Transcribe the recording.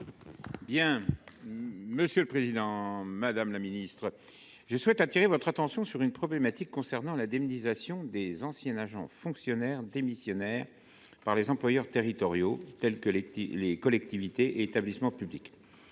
fonction publiques. Madame la ministre, je souhaite attirer votre attention sur une problématique concernant l’indemnisation des anciens agents fonctionnaires démissionnaires par les employeurs territoriaux, tels que les collectivités et établissements publics.